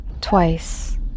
twice